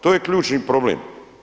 To je ključni problem.